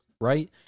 right